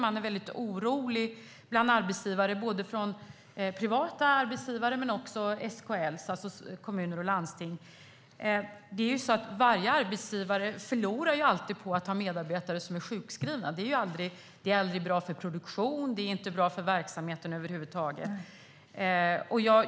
Man är väldigt orolig bland privata arbetsgivare men också inom SKL, det vill säga bland kommuner och landsting. Varje arbetsgivare förlorar ju alltid på att ha medarbetare som är sjukskrivna. Det är aldrig bra för produktionen. Det är inte bra för verksamheten över huvud taget.